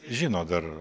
žino dar